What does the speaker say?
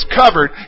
covered